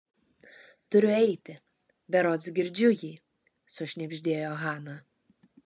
turiu eiti berods girdžiu jį sušnibždėjo hana